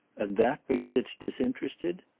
and that because it's disinterested?